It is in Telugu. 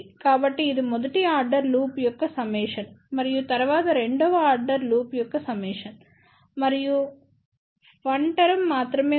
కాబట్టి ఇది మొదటి ఆర్డర్ లూప్ యొక్క సమ్మేషన్ మరియు తరువాత రెండవ ఆర్డర్ లూప్ యొక్క సమ్మేషన్ మరియు 1 టర్మ్ మాత్రమే ఉంది